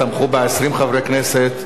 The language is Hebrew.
תמכו בה 20 חברי כנסת,